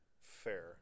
fair